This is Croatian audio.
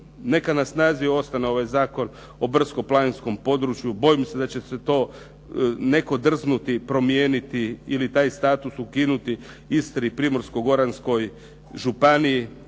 neka na snazi ostane ovaj Zakon o brdsko-planinskom području. Bojim se da će se to neko drznuti promijeniti ili taj status ukinuti Istri i Primorsko-goranskoj županiji.